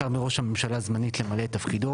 מראש הממשלה זמנית למלא את תפקידו,